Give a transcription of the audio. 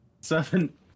seven